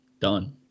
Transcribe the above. Done